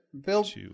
build